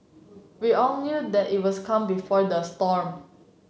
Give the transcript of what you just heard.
we all knew that it was calm before the storm